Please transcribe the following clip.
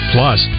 Plus